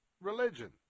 religion